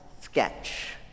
sketch